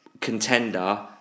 contender